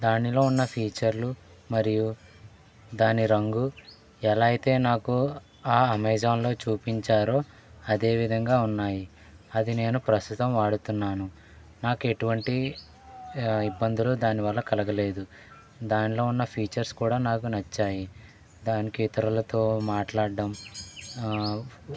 దానిలో ఉన్న ఫీచర్లు మరియు దాని రంగు ఎలా అయితే నాకు ఆ అమెజాన్లో చూపించారో అదే విధంగా ఉన్నాయి అది నేను ప్రస్తుతం వాడుతున్నాను నాకు ఎటువంటి ఇబ్బందులు దాని వల్ల కలుగలేదు దానిలో ఉన్న ఫ్యూచర్స్ కూడా నాకు నచ్చాయి దానికి ఇతరులతో మాట్లాడడం